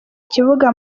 kibuga